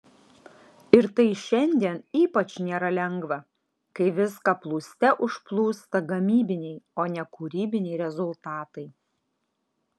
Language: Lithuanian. ir tai šiandien ypač nėra lengva kai viską plūste užplūsta gamybiniai o ne kūrybiniai rezultatai